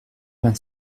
vingt